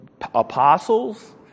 apostles